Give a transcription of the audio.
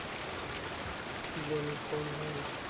PME कौन होयल?